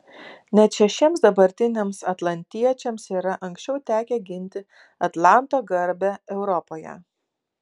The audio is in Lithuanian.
net šešiems dabartiniams atlantiečiams yra anksčiau tekę ginti atlanto garbę europoje